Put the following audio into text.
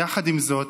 יחד עם זאת,